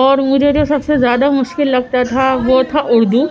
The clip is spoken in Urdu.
اور مجھے جو سب سے زیادہ مشکل لگتا تھا وہ تھا اردو